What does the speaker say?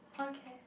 okay